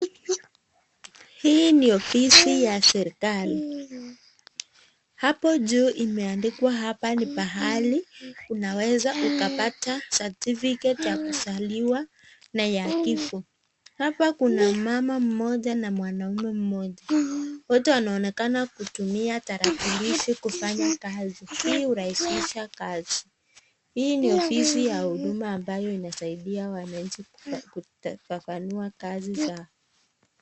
Hii ni ofisi ya serikali hapo juu imeandikwa hapa ni pahali unaweza ukapata certificate ya kuzaliwa na ya kifo hapa kuna mama mmoja na mwanamume mmoja wote wanaonekana kutumia tarakilishi kufanya kazi hii hurahisisha kazi, hii ni ofisi ya huduma ambayo inasaidia wananchi kufafanua kazi zao.